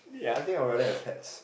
I think I'd rather have pets